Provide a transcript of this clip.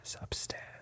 upstairs